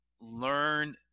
learn